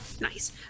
Nice